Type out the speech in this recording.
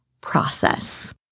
process